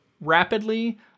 rapidly